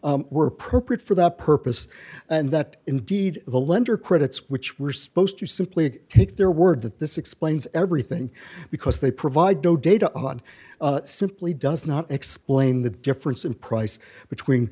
were appropriate for that purpose and that indeed the lender credits which were supposed to simply take their word that this explains everything because they provide no data on simply does not explain the difference in price between